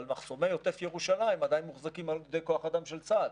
אבל מחסומי עוטף ירושלים עדיין מוחזקים על ידי כוח אדם של צה"ל.